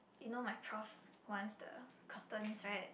you know my prof wants the curtains right